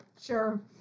Sure